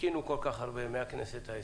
חיכינו כל כך הרבה, מהכנסת ה-20,